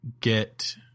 get